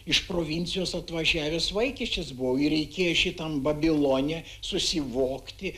iš provincijos atvažiavęs vaikiščias buvo ir reikėjo šitam babilone susivokti